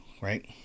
right